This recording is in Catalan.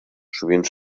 sovint